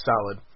solid